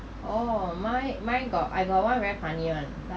oh mine mine got I got one very funny [one]